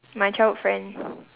my childhood friend